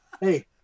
Hey